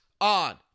On